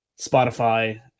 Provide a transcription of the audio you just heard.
Spotify